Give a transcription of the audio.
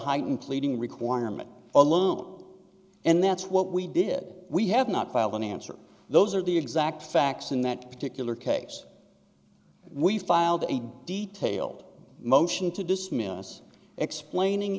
heightened pleading requirement alone and that's what we did we have not filed an answer those are the exact facts in that particular case we filed a detailed motion to dismiss explaining